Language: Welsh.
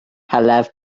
heledd